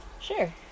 Sure